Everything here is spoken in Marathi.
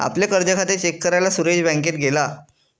आपले कर्ज खाते चेक करायला सुरेश बँकेत गेला